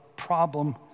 problem